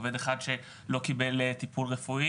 עובד אחד שלא קיבל טיפול רפואי,